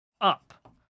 up